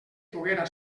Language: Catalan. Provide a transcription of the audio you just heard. poguera